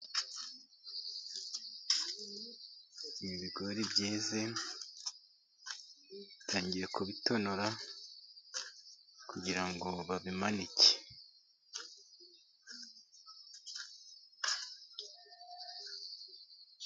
Ibigori byeze batangiye kubitonora, kugira ngo babimanike.